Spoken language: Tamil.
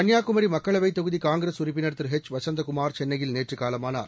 கன்னியாகுமரி மக்களவை தொகுதி காங்கிரஸ் உறுப்பினர் திரு எச் வசந்தகுமார் சென்னையில் நேற்று காலமானார்